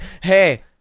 hey